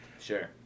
Sure